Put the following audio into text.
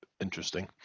interesting